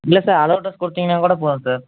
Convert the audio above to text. இல்லை சார் அளவு ட்ரெஸ் கொடுத்தீங்கன்னா கூட போதும் சார்